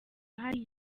ahari